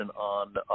on